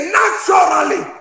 naturally